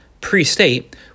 Pre-state